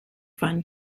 fun